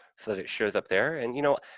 so that it shows up there, and, you know,